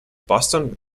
boston